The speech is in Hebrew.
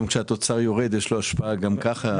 גם כשהתוצר יורד יש לו השפעה גם ככה.